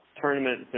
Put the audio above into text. tournament